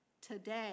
today